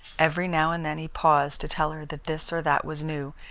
every now and then he paused to tell her that this or that was new,